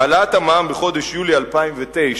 העלאת המע"מ בחודש יולי 2009,